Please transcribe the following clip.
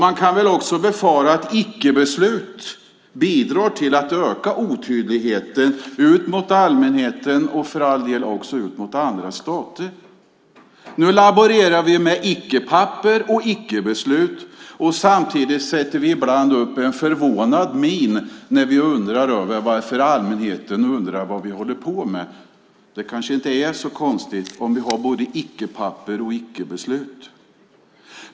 Man kan väl också befara att icke-beslut bidrar till att öka otydligheten ut mot allmänheten och för all del också ut mot andra stater. Nu laborerar vi med icke-papper och icke-beslut. Samtidigt sätter vi ibland upp en förvånad min och undrar över varför allmänheten undrar vad vi håller på med. Det kanske inte är så konstigt om vi har både icke-papper och icke-beslut.